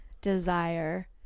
desire